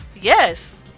Yes